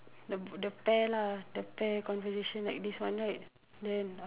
the pair lah the pair conversation like this one right then then uh